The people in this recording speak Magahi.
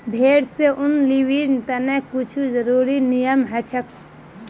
भेड़ स ऊन लीबिर तने कुछू ज़रुरी नियम हछेक